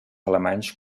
alemanys